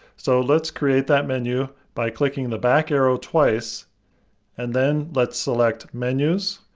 so let's create that menu by clicking the back arrow twice and then let's select menus,